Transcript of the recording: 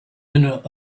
owner